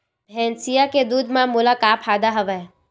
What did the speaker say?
भैंसिया के दूध म मोला का फ़ायदा हवय?